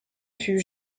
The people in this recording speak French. fut